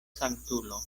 sanktulo